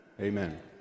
Amen